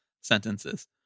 sentences